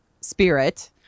spirit